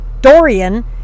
Dorian